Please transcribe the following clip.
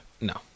No